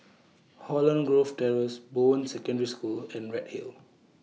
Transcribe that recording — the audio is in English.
Holland Grove Terrace Bowen Secondary School and Redhill